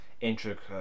intricate